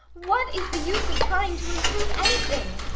what is the use of trying to improve anything?